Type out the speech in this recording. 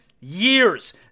years